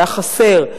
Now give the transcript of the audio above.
והיה חסר,